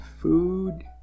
food